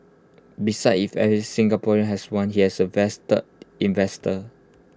if every Singaporean has one he has A vested investor